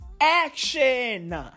Action